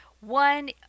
one